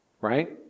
right